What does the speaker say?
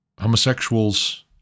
homosexuals